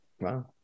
Wow